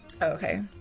Okay